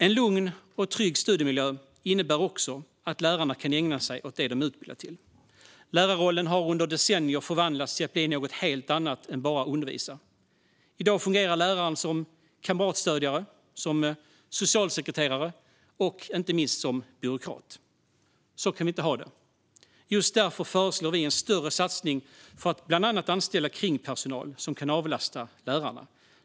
En lugn och trygg studiemiljö innebär också att lärarna kan ägna sig åt det som de är utbildade till. Lärarrollen har under decennier förvandlats till att bli något helt annat än att bara undervisa. I dag fungerar läraren som kamratstödjare, socialsekreterare och inte minst byråkrat. Så kan vi inte ha det. Just därför föreslår vi en större satsning för att man bland annat ska kunna anställa kringpersonal som kan avlasta lärarna.